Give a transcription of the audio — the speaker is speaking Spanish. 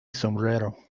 sombrero